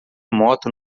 moto